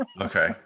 okay